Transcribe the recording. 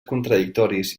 contradictoris